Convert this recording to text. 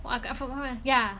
!wah! I go~ I forgot yeah